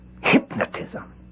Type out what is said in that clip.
Hypnotism